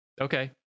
okay